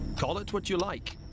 call it what you like,